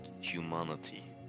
humanity